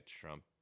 Trump